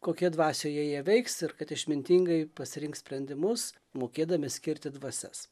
kokioje dvasioje jie veiks ir kad išmintingai pasirinks sprendimus mokėdami skirti dvasias